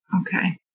Okay